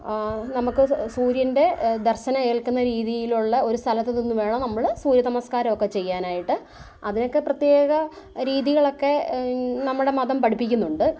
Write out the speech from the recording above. ആ നമുക്ക് സൂര്യൻ്റെ ദർശനം ഏൽക്കുന്ന രീതിയിലുള്ള ഒരു സ്ഥലത്തു നിന്ന് വേണം നമ്മൾ സൂര്യ നമസ്കാരമൊക്കെ ചെയ്യാനായിട്ട് അതിനൊക്കെ പ്രത്യേക രീതികളൊക്കെ നമ്മുടെ മതം പഠിപ്പിക്കുന്നുണ്ട്